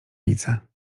lice